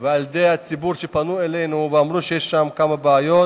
גם הציבור פנה אלינו ואמר שיש שם כמה בעיות,